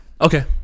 Okay